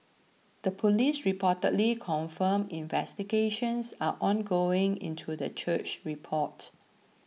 the police reportedly confirmed investigations are ongoing into the church report